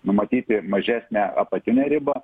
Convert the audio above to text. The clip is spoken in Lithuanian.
numatyti mažesnę apatinę ribą